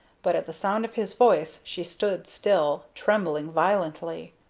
but at the sound of his voice she stood still, trembling violently.